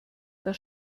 das